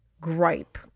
gripe